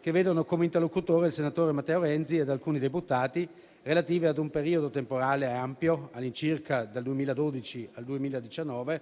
che vedono come interlocutore il senatore Matteo Renzi ed alcuni deputati, relativi ad un periodo temporale ampio, all'incirca dal 2012 al 2019.